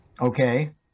Okay